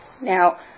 Now